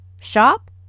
shop